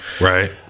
Right